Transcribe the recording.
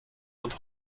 und